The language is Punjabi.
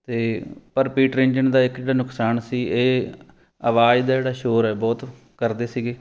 ਅਤੇ ਪਰ ਪੀਟਰ ਇੰਜਣ ਦਾ ਇੱਕ ਨੁਕਸਾਨ ਸੀ ਇਹ ਆਵਾਜ਼ ਦਾ ਜਿਹੜਾ ਸ਼ੋਰ ਆ ਬਹੁਤ ਕਰਦੇ ਸੀਗੇ